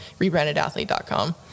rebrandedathlete.com